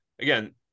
again